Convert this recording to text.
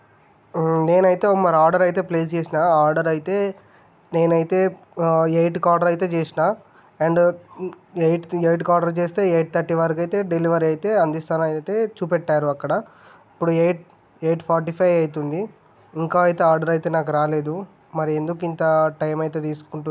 నేను అయితే మరి ఆర్డర్ అయితే ప్లేస్ చేసిన ఆర్డర్ అయితే నేనైతే ఆ ఎయిట్కి ఆర్డర్ అయితే చేసిన అండ్ ఎయిట్ ఎయిట్కి ఆర్డర్ చేస్తే ఎయిట్ థర్టీ వరకు ఆర్డర్ అయితే డెలివరీ అందిస్తారని చూపెట్టారు అక్కడ ఇప్పుడు అయితే ఎయిట్ ఫార్టీ ఫైవ్ అవుతుంది ఇంకా అయితే ఆర్డర్ అయితే నాకు రాలేదు మరి ఎందుకు ఇంత టైం అయితే తీసుకుంటుంది